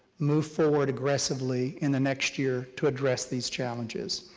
move forward aggressively in the next year to address these challenges.